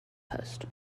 post